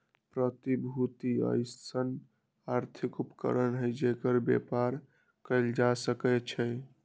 प्रतिभूति अइसँन आर्थिक उपकरण हइ जेकर बेपार कएल जा सकै छइ